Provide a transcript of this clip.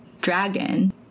Dragon